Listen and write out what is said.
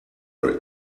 our